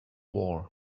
war